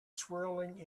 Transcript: swirling